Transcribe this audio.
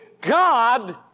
God